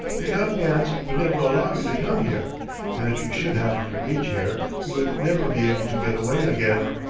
the afghans would never allow you to come here and if you should happen to reach here, you would never be able to get away again.